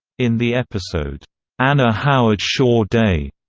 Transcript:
in the episode anna howard shaw day,